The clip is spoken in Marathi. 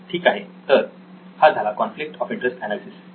ठीक आहे तर हा झाला कॉन्फ्लिक्ट ऑफ इंटरेस्ट एनालिसिस